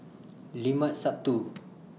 Limat Sabtu